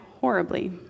horribly